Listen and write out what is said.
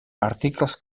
articles